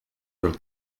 del